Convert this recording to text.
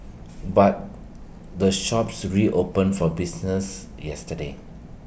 but the shops reopened for business yesterday